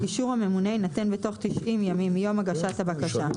אישור הממונה יינתן בתוך 90 ימים מיום הגשת הבקשה,